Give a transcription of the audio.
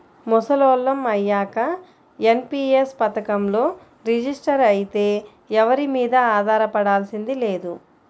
ముసలోళ్ళం అయ్యాక ఎన్.పి.యస్ పథకంలో రిజిస్టర్ అయితే ఎవరి మీదా ఆధారపడాల్సింది లేదు